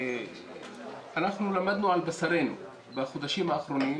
אנחנו למדנו על בשרנו בחודשים האחרונים,